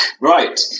Right